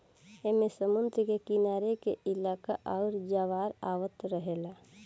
ऐमे समुद्र के किनारे के इलाका आउर ज्वार आवत रहेला